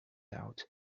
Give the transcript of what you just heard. out